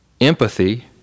Empathy